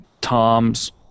Toms